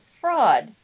fraud